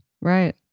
Right